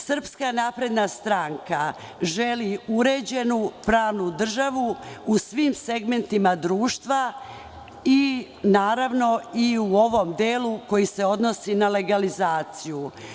Srpska napredna stranka želi uređenu pravnu državu u svim segmentima društva i naravno i u ovom delu koji se odnosi na legalizaciju.